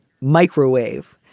microwave